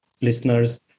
listeners